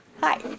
Hi